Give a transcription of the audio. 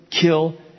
kill